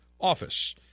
Office